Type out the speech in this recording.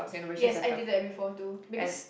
yes I did that before too because